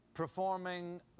Performing